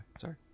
Sorry